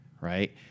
right